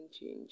change